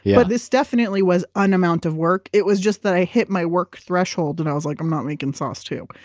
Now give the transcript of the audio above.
but this definitely was an amount of work. it was just that i hit my work threshold. and i was like, i'm not making sauce too.